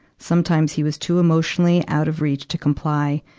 sometimes he was too emotionally out of reach to comply.